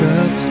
up